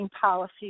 policy